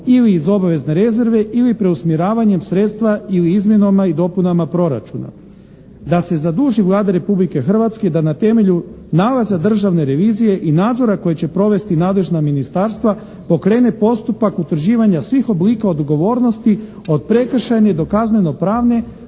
ili iz obavezne rezerve ili preusmjeravanjem sredstva ili izmjenama i dopunama proračuna. Da se zaduži Vlada Republike Hrvatske da na temelju nalaza državne revizije i nadzora koji će provesti nadležna ministarstva pokrene postupak utvrđivanja svih oblika odgovornosti od prekršajne do kazneno pravne